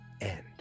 end